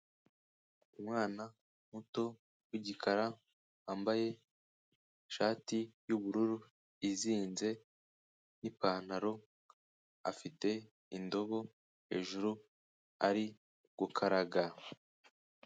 Umwana muto w'igikara, wambaye ishati y'ubururu izinze n'ipantaro, afite indobo hejuru, ari gukaraga.